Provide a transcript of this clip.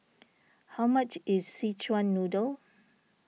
how much is Szechuan Noodle